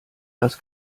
das